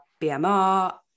BMR